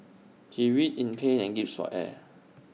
he writhed in pain and gasped for air